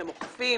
אתם אוכפים?